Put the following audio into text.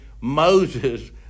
Moses